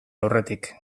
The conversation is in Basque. aurretik